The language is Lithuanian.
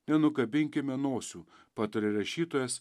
nenukabinkime nosių patarė rašytojas